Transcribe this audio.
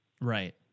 Right